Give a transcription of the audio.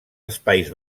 espais